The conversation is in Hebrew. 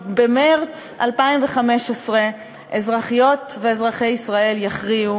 במרס 2015 אזרחיות ואזרחי ישראל יכריעו